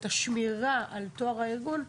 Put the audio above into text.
את השמירה על טוהר הארגון,